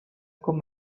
com